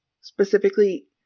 specifically